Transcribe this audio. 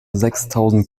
sechstausend